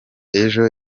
ejo